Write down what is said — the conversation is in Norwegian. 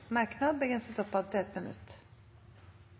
merknad, begrenset til 1 minutt.